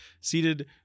seated